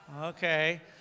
okay